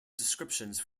descriptions